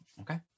Okay